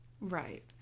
Right